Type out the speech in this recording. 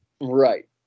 Right